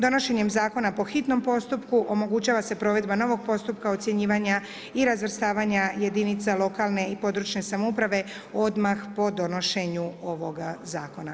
Donošenjem zakona po hitnom postupku omogućava se provedba novog postupka ocjenjivanja i razvrstavanja jedinica lokalne i područne samouprave odmah po donošenju ovoga zakona.